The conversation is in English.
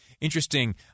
Interesting